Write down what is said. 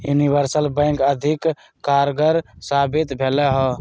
universal bank अधिक कारगर साबित भेलइ ह